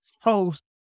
host